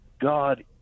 God